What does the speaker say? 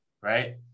right